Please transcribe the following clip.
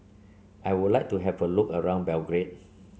I would like to have a look around Belgrade